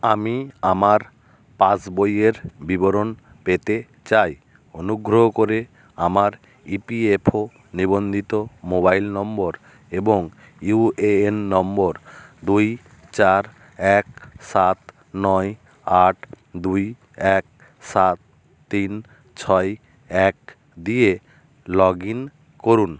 আমি আমার পাস বইয়ের বিবরণ পেতে চাই অনুগ্রহ করে আমার ই পি এফ ও নিবন্ধিত মোবাইল নম্বর এবং ইউ এ এন নম্বর দুই চার এক সাত নয় আট দুই এক সাত তিন ছয় এক দিয়ে লগ ইন করুন